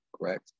correct